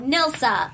Nilsa